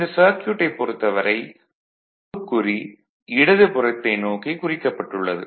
இந்த சர்க்யூட்டைப் பொறுத்தவரை அம்புக் குறி இடதுப்புறத்தை நோக்கி குறிக்கப்பட்டுள்ளது